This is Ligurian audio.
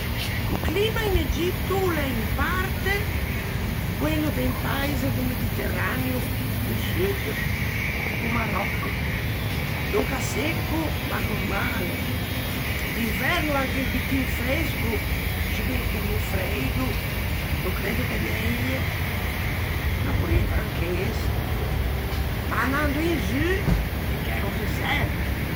O climma in Egitto o l'é in parte quello de un paise do Mediterraneo do Sud, tipo Maròcco, donca secco ma normale, d'inverno anche un pittin fresco, sciben che no freido, no creddo che neie, ma porrieiva anche ëse; ma anando ciù in zu gh'é o deserto.